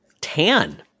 tan